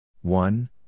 one